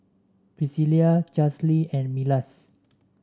Pricilla Charlsie and Milas